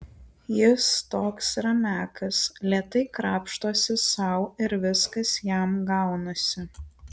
jis toks ramiakas lėtai krapštosi sau ir viskas jam gaunasi